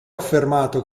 affermato